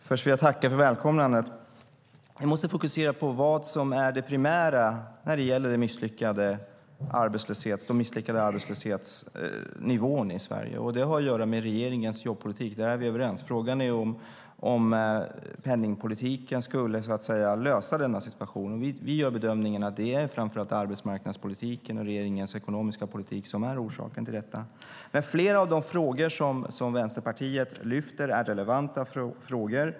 Fru talman! Först vill jag tacka för välkomnandet. Vi måste fokusera på vad som är det primära när det gäller den misslyckade arbetslöshetsnivån i Sverige. Det har att göra med regeringens jobbpolitik. Där är vi överens. Frågan är om penningpolitiken skulle, så att säga, lösa denna situation. Vi gör bedömningen att det framför allt är arbetsmarknadspolitiken och regeringens ekonomiska politik som är orsaken till detta. Men flera av de frågor som Vänsterpartiet lyfter fram är relevanta.